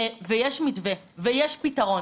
ויש מתווה ויש פתרון,